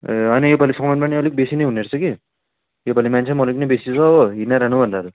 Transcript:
ए होइन यसपालि सामान पनि अलिक बेसी नै हुने रहेछ कि यसपालि मान्छे पनि अलिक नै बेसी छ हो हिँडाइरहनु भन्दा त